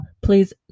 please